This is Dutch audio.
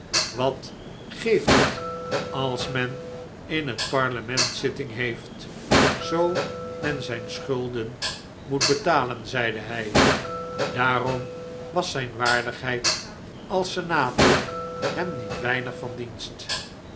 wat geeft het als men in het parlement zitting heeft zoo men zijn schulden moet betalen zeide hij daarom was zijn waardigheid als senator hem niet weinig van dienst